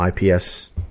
IPS